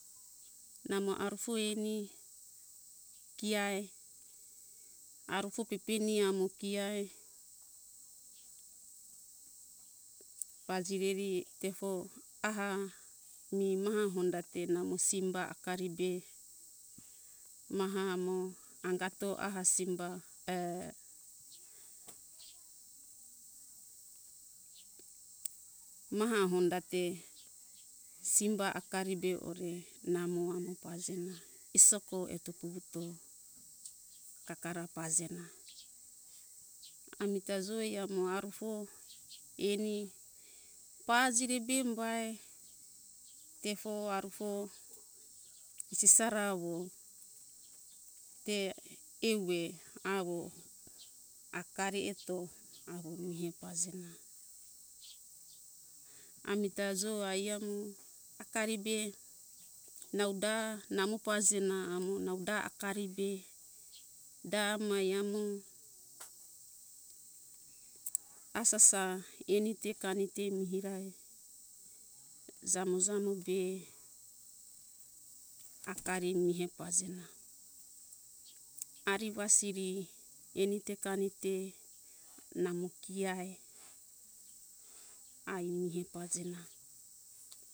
Namo arufo eni kia arufo pepemi amo kia pajireri tefo aha mi maha hondate namo simba akari be maha amo angato simba maha hondate simba akari be ore namo pajena isoko eto kakara pajena ami ta joi amo arufo eni pajire umbae tefo arufo pisara avo te ue avo akari eto avo ke pajena ami ta joi ai avo akari be nau da avo namo pajena da akari be da amai amo asasa eni te kainte mihi rae jamo - jamo te akari mihe pajena ari wasiri eni te kainte namo kia ai mihe pajena